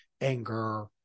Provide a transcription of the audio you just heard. Anger